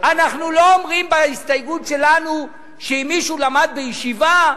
אנחנו לא אומרים בהסתייגות שלנו שאם מישהו למד בישיבה,